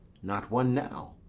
not one now,